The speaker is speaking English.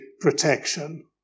protection